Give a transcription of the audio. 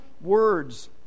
words